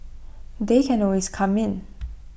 they can always come in